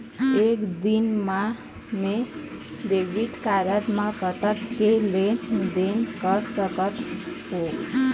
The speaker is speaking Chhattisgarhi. एक दिन मा मैं डेबिट कारड मे कतक के लेन देन कर सकत हो?